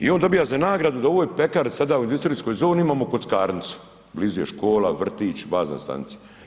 I on dobija za nagradu da u ovoj pekari, sada u industrijskoj zoni, imamo kockarnicu, blizu je škola, vrtić, bazna stanica.